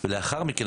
לאחר מכן,